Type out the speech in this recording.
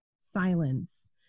silence